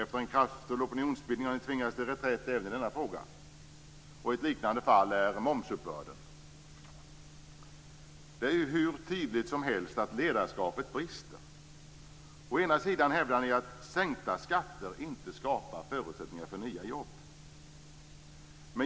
Efter en kraftfull opinionsbildning har regeringen tvingats till reträtt även i denna fråga. Ett liknande fall är momsuppbörden. Det är hur tydligt som helst att ledarskapet brister. Å ena sidan hävdar Socialdemokraterna att sänkta skatter inte skapar förutsättningar för nya jobb.